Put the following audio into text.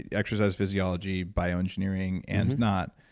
exercise, physiology, bioengineering, and not,